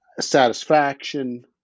satisfaction